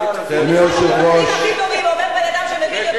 לו "אייכמן", זאת לא שנאה?